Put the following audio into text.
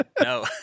No